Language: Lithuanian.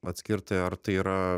atskirti ar tai yra